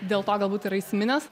dėl to galbūt yra įsiminęs